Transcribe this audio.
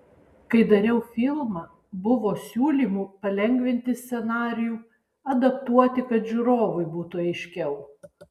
kai dariau filmą buvo siūlymų palengvinti scenarijų adaptuoti kad žiūrovui būtų aiškiau